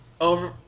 over